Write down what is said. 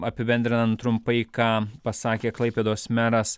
apibendrinant trumpai ką pasakė klaipėdos meras